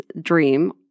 dream